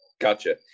gotcha